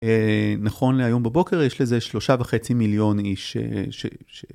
נכון להיום בבוקר יש לזה שלושה וחצי מיליון איש ש...